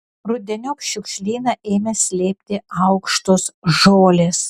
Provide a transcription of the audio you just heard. rudeniop šiukšlyną ėmė slėpti aukštos žolės